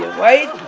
right?